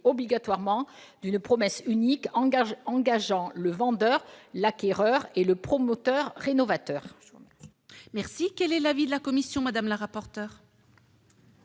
obligatoirement d'une promesse unique engageant le vendeur, l'acquéreur et le promoteur-rénovateur.